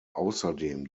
außerdem